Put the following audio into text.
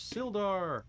Sildar